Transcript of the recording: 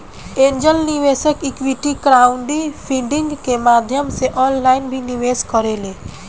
angel निवेशक equity crowdfunding के माध्यम से ऑनलाइन भी निवेश करेले